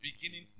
beginning